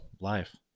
life